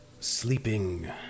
sleeping